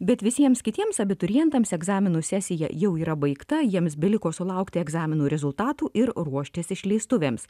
bet visiems kitiems abiturientams egzaminų sesija jau yra baigta jiems beliko sulaukti egzaminų rezultatų ir ruoštis išleistuvėms